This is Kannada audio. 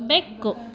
ಬೆಕ್ಕು